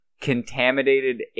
contaminated